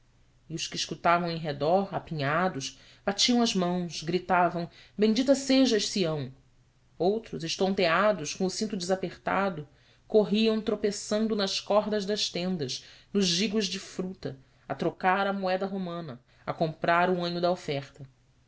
os que escutavam em redor apinhados batiam as mãos gritavam bendita sejas sião outros estonteados com o cinto desapertado corriam tropeçando nas cordas das tendas nos gigos de fruta a trocar a moeda romana a comprar o anho da oferta